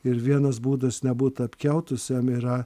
ir vienas būdas nebūt apkiautusiam yra